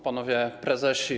Panowie Prezesi!